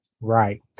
Right